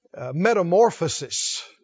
Metamorphosis